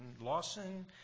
Lawson